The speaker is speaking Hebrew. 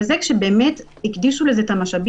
וזה כשהקדישו לזה את המשאבים,